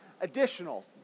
additional